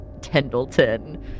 Tendleton